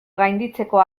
gainditzeko